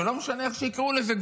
לא משנה איך יקראו לזה,